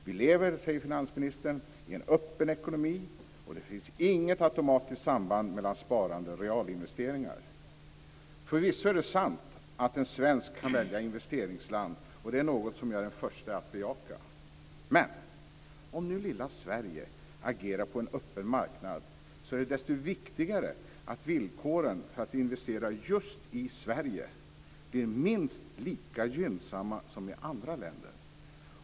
Vi lever, säger finansministern, i en öppen ekonomi, och det finns inget automatiskt samband mellan sparande och realinvesteringar. Förvisso är det sant att en svensk kan välja investeringsland, och det är något som jag är den första att bejaka. Men om nu lilla Sverige agerar på en öppen marknad är det desto viktigare att villkoren för att investera just i Sverige blir minst lika gynnsamma som i andra länder.